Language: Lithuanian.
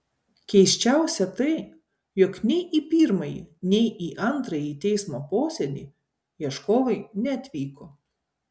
keisčiausia tai jog nei į pirmąjį nei į antrąjį teismo posėdį ieškovai neatvyko